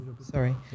Sorry